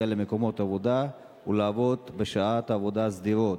למקומות העבודה ולעבוד בשעות עבודה סדירות,